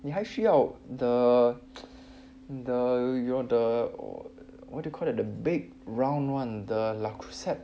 你还需要 the the the what do you call that the big round [one] the le creuset